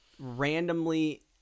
randomly